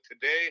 Today